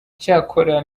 cyakora